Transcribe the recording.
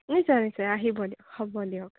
নিশ্চয় নিশ্চয় আহিব দিয়ক হ'ব দিয়ক